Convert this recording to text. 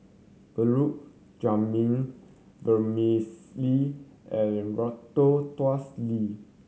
Gulab Jamun Vermicelli and Ratatouille